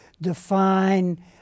define